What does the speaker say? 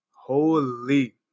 holy